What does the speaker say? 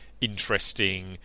interesting